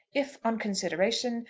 if, on consideration,